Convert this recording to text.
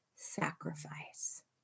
sacrifice